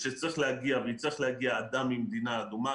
כשיצטרך להגיע אדם ממדינה אדומה,